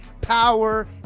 power